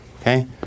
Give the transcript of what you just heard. okay